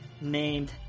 named